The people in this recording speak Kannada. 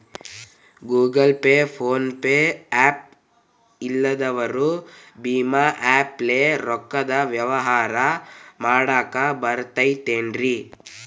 Google Pay, PhonePe app ಇಲ್ಲದವರು ಭೇಮಾ ಆ್ಯಪ್ ಲೇ ರೊಕ್ಕದ ವ್ಯವಹಾರ ಮಾಡಾಕ್ ಬರತೈತೇನ್ರೇ?